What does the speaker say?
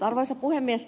arvoisa puhemies